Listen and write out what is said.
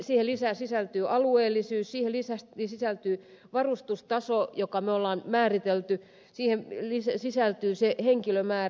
siihen lisäksi sisältyy alueellisuus siihen sisältyy varustustaso jonka me olemme määritelleet siihen sisältyy henkilömäärä